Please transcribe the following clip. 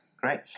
Great